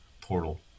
portal